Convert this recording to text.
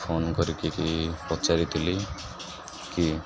phone କରିକରି ପଚାରିଥିଲିକି